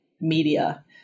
media